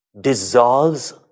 dissolves